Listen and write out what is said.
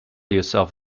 yourself